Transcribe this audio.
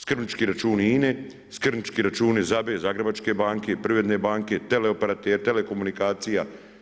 Skrbnički računi INA-e, skrbnički računi ZABA-e, Zagrebačke banke, Privredne banke, teleoperateri, telekomunikacija.